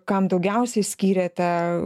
kam daugiausiai skyrėte